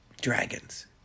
Dragons